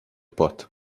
pot